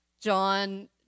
John